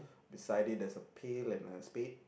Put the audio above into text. beside it there's a pail and a spade